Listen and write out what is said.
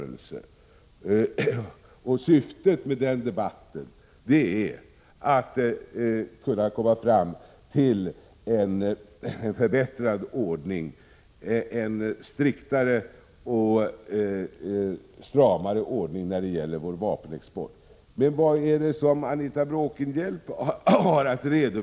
Syftet med den debatten är att kunna komma fram till en förbättrad ordning, en striktare och stramare ordning när det gäller vår vapenexport.